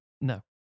No